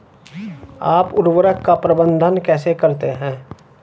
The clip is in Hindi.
आप उर्वरक का प्रबंधन कैसे करते हैं?